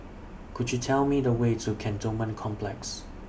Could YOU Tell Me The Way to Cantonment Complex